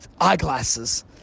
eyeglasses